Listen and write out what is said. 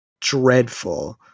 dreadful